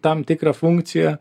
tam tikrą funkciją